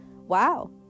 wow